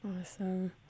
Awesome